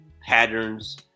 patterns